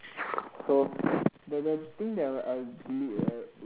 so the the thing that I w~ I will delete right